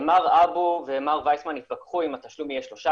מר אבו ומר ויסמן התווכחו אם התשלום יהיה שלושה